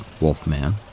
Wolfman